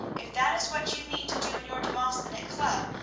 if that is what you mean to do in your demosthenic club,